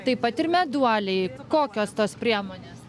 taip pat ir meduoliai kokios tos priemonės